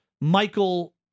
Michael